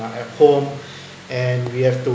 uh at home and we have to